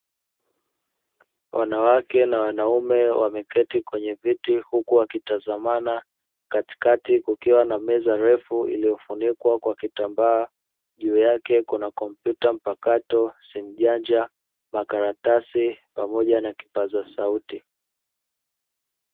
Wanawake na wanaume wameketi kwenye viti huku wakitazamana katikati kukiwa na meza refu iliyofunikwa kwa kitambaa, juu yake kuna kompyuta mpakato, simujanja, makaratasi pamoja na kipaza sauti.